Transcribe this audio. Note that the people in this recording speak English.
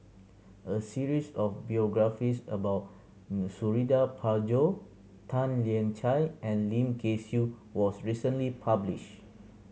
a series of biographies about Suradi Parjo Tan Lian Chye and Lim Kay Siu was recently published